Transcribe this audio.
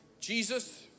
Jesus